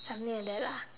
something like that lah